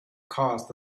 caused